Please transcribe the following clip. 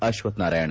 Ashwathnarayan